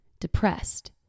depressed